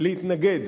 להתנגד